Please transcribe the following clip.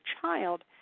child